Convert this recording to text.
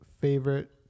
favorite